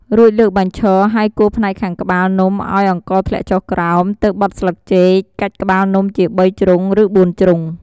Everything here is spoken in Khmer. រួចលើកបញ្ឈរហើយគោះផ្នែកខាងក្បាលនំឱ្យអង្ករធ្លាក់ចុះក្រោម ទើបបត់ស្លឹកចេក កាច់ក្បាលនំជា៣ជ្រុង ឬ៤ជ្រុង។